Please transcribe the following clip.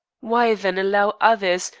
why, then, allow others,